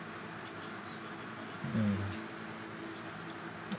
mm